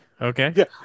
okay